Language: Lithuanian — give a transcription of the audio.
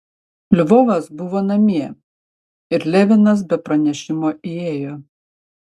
lvovas buvo namie ir levinas be pranešimo įėjo